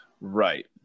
Right